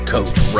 Coach